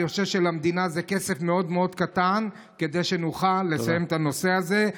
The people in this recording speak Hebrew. אני חושב שלמדינה זה כסף מאוד מאוד קטן כדי שנוכל לסיים את הנושא הזה.